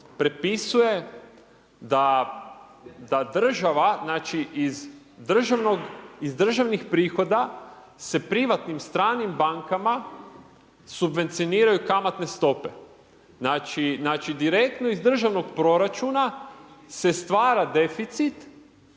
državnog, iz državnih prihoda, se privatnim stranim bankama, subvencioniraju kamatne stope. Znači, direktno iz državnog proračuna se stvara deficit